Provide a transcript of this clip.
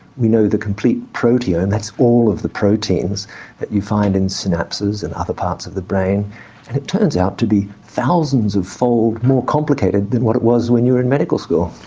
we know the complete proteome, and that's all of the proteins that you find in synapses and other parts of the brain and it turns out to be thousandsfold more complicated than what it was when you were in medical school.